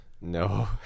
No